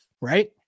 right